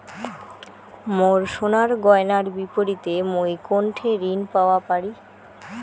মোর সোনার গয়নার বিপরীতে মুই কোনঠে ঋণ পাওয়া পারি?